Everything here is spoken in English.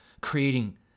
creating